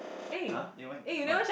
!huh! eh when on